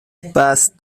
بسط